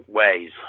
ways